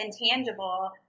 intangible